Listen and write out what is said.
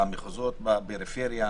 במחוזות בפריפריה